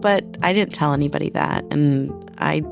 but i didn't tell anybody that. and i